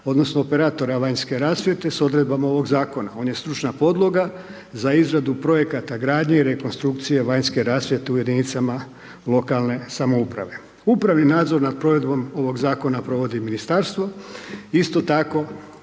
odnosno operatora vanjske rasvjete s odredbama ovog zakona. On je stručna podloga za izradu projekata gradnje i rekonstrukcije vanjske rasvjete u jedinicama lokalne samouprave. Upravni nadzor nad provedbom ovog zakona provodi ministarstvo. Isto tako,